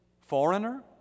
foreigner